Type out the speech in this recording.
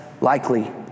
likely